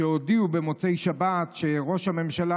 כשהודיעו במוצ"ש שראש הממשלה,